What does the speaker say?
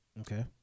Okay